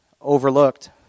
Overlooked